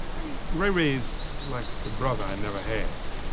i mean, ray ray's like a brother i never had.